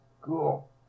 Cool